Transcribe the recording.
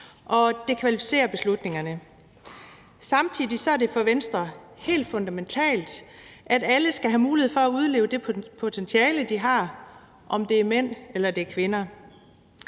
det kvalificerer beslutningerne. Samtidig er det for Venstre helt fundamentalt, at alle skal have mulighed for at udleve det potentiale, de har – om det er mænd, eller om det